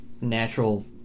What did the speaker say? natural